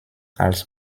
als